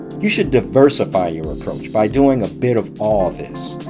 you should diversify your approach by doing a bit of all this.